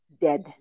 dead